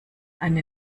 eine